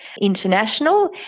international